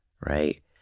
right